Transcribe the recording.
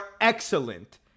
excellent